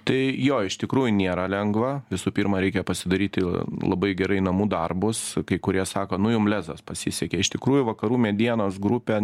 tai jo iš tikrųjų nėra lengva visų pirma reikia pasidaryti labai gerai namų darbus kai kurie sako nu jum lezas pasisekė iš tikrųjų vakarų medienos grupė